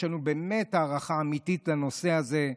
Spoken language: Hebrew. יש לנו באמת הערכה אמיתית לנושא הזה.